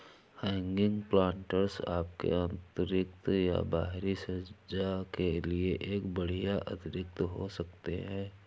hanging planters आपके आंतरिक या बाहरी सज्जा के लिए एक बढ़िया अतिरिक्त हो सकते है